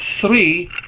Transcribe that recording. three